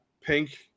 pink